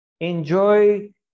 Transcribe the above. enjoy